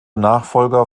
nachfolger